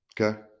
okay